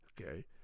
Okay